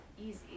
easy